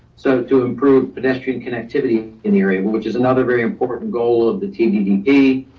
so to improve pedestrian connectivity in the area, which is another very important goal of the tddp.